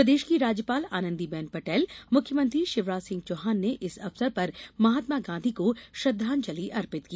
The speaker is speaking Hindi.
प्रदेश की राज्यपाल आनंदी बेन पटेल मुख्यमंत्री शिवराज सिंह चौहान ने इस अवसर पर महात्मा गांधी को श्रद्वांजलि अर्पित की